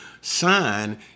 sign